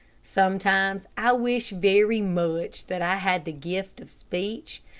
sometimes i wish very much that i had the gift of speech,